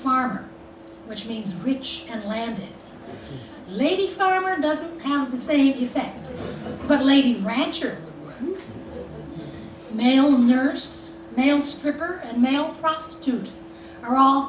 farm which means rich and land lady farmer doesn't have the same effect but lady rancher male nurse male stripper male prostitute are all